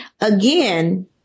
Again